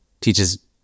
teaches